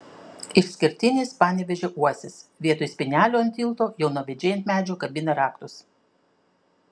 išskirtinis panevėžio uosis vietoje spynelių ant tilto jaunavedžiai ant medžio kabina raktus